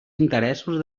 interessos